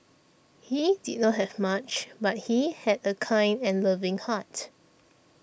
he did not have much but he had a kind and loving heart